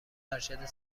ارشد